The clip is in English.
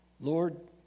Lord